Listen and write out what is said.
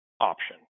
option